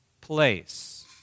place